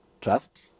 trust